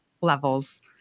levels